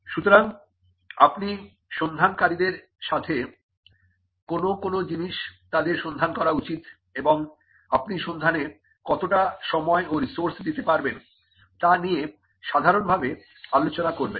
সুতরাং আপনি সন্ধানকারীদের সাথে কোন কোন জিনিস তাদের সন্ধান করা উচিত এবং আপনি সন্ধানে কতটা সময় ও রিসোর্স দিতে পারবেন তা নিয়ে সাধারনভাবে আলোচনা করবেন